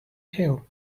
hill